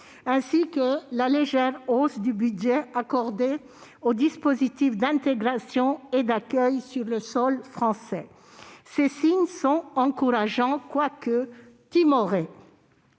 ainsi que la légère hausse du budget pour les dispositifs d'intégration et d'accueil sur le sol français. Ces signes sont encourageants, quoique timorés.